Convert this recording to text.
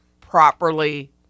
properly